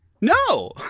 No